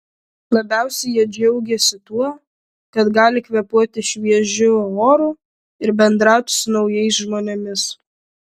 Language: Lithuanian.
labiausiai jie džiaugėsi tuo kad gali kvėpuoti šviežiu oru ir bendrauti su naujais žmonėmis